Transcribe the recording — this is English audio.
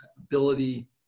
ability